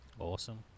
Awesome